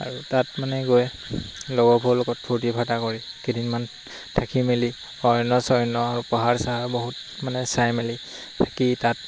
আৰু তাত মানে গৈ লগৰবোৰৰ লগত ফূৰ্তি ফাৰ্তা কৰি কেইদিনমান থাকি মেলি অৰণ্য সৰণ্য আৰু পাহাৰ চাহাৰ বহুত মানে চাই মেলি থাকি তাত